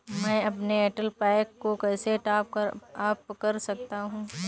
मैं अपने एयरटेल पैक को कैसे टॉप अप कर सकता हूँ?